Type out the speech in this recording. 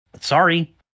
Sorry